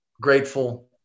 grateful